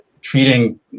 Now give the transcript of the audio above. treating